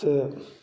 तऽ